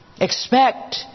Expect